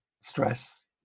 stress